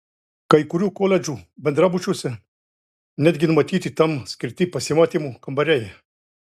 kai kurių koledžų bendrabučiuose netgi numatyti tam skirti pasimatymų kambariai